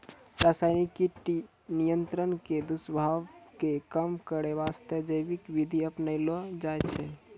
रासायनिक कीट नियंत्रण के दुस्प्रभाव कॅ कम करै वास्तॅ जैविक विधि अपनैलो जाय छै